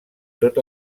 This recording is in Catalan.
tot